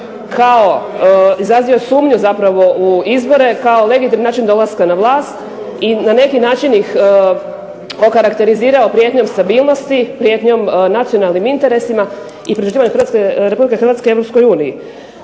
kao izrazio sumnju zapravo u izbore kao legitiman način dolaska na vlast i na neki način ih okarakterizirao prijetnjom stabilnosti, prijetnjom nacionalnim interesima i pridruživanju RH Europskoj